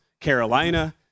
Carolina